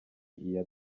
iya